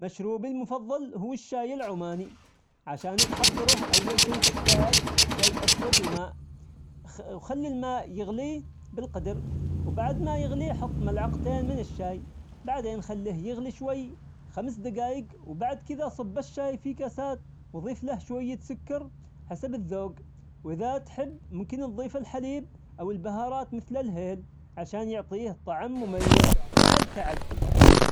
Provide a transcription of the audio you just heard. مشروبي المفضل هو الشاي العماني، عشان تحضره أول شي تحتاج شاي أسود وماء، وخ- وخلي الماء يغلي بالقدر وبعد ما يغلي حط ملعقتين من الشاي، بعدين خليه يغلي شوي خمس دقايق وبعد كدا صب الشاي في كاسات وظيف له شوية سكر حسب الذوق، وإذا تحب ممكن تظيف الحليب أو البهارات مثل الهيل عشان يعطيه طعم مميز مع الكعك.